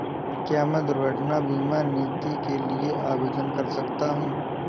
क्या मैं दुर्घटना बीमा नीति के लिए आवेदन कर सकता हूँ?